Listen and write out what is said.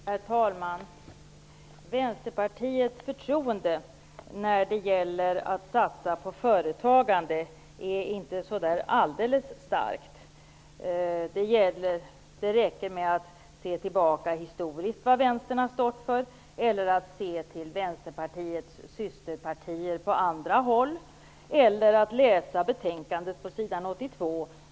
Herr talman! Förtroendet för Vänsterpartiet när det gäller att satsa på företagande är inte så där alldeles starkt. Det räcker med att se tillbaka på vad Vänstern har stått för historiskt, att se till Vänsterpartiets systerpartier på andra håll eller att läsa betänkandet på s. 82.